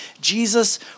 jesus